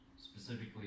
specifically